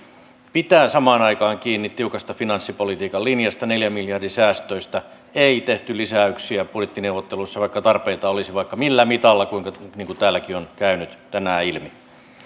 pitää samaan aikaan kiinni tiukasta finanssipolitiikan linjasta neljän miljardin säästöistä ei tehty lisäyksiä budjettineuvotteluissa vaikka tarpeita olisi vaikka millä mitalla niin kuin täälläkin on käynyt tänään ilmi